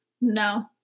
No